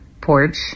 porch